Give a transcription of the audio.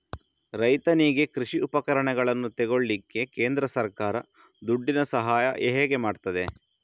ರೈತನಿಗೆ ಕೃಷಿ ಉಪಕರಣಗಳನ್ನು ತೆಗೊಳ್ಳಿಕ್ಕೆ ಕೇಂದ್ರ ಸರ್ಕಾರ ದುಡ್ಡಿನ ಸಹಾಯ ಹೇಗೆ ಮಾಡ್ತದೆ?